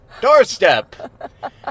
Doorstep